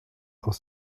aus